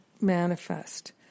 manifest